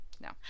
no